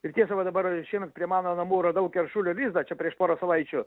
ir tiesa va dabar šiemet prie mano namų radau keršulio lizdą čia prieš porą savaičių